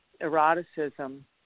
eroticism